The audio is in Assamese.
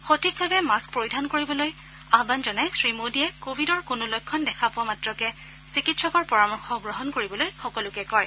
সঠিকভাৱে মাস্ক পৰিধান কৰিবলৈ আহান জনাই শ্ৰী মোডীয়ে কোৱিডৰ কোনো লক্ষণ দেখা পোৱা মাত্ৰকে চিকিৎসকৰ পৰামৰ্শ গ্ৰহণ কৰিবলৈ সকলোকে কয়